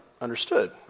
understood